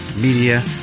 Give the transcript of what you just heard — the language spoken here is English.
media